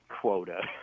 quota